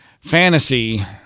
fantasy